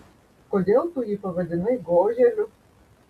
kodėl tu jį pavadinai goželiu